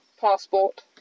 passport